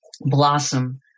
blossom